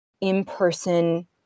in-person